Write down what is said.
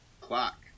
Clock